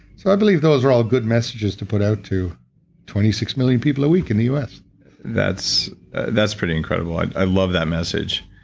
so i believe those are all good messages to put out to twenty six million people a week in the us that's that's pretty incredible. i i love that message.